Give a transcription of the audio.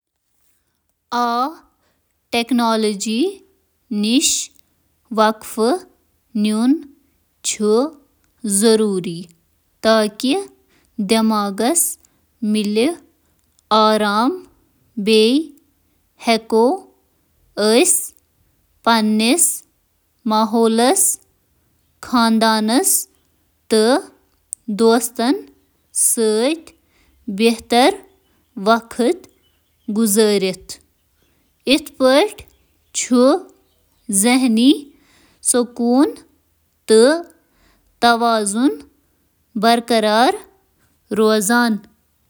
آ، ٹیکنالوجی سۭتۍ وقت نیرُن تہٕ ڈیجیٹل دنیاہس سۭتۍ منقطع گژھُن چُھ ذہنی تہٕ جذبٲتی تندرستی برقرار تھونہٕ خٲطرٕ اہم سمجھنہٕ یوان، تکیازِ یہٕ ہیکہٕ تناؤ کم کرنس منٛز مدد کرتھ، توجہ بہتر بناوتھ، موجودٕ لمحچ بیداری بڑاوان، تہٕ دیمن سۭتۍ حقیقی زندگی ہنٛد روابط مضبوط کرنس منٛز ہیکہٕ مدد کرتھ۔